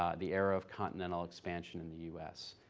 um the era of continental expansion in the u s.